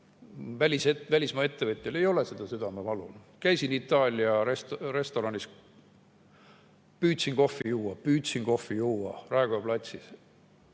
välismaa ettevõtjal ei ole seda südamevalu. Käisin Itaalia restoranis, püüdsin kohvi juua, püüdsin kohvi juua Raekoja platsil.